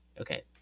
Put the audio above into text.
Okay